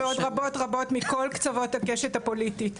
ועוד רבות רבות מכל קצוות הקשת הפוליטית,